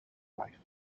life